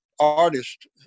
artist